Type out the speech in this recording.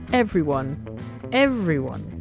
everyone everyone!